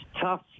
tough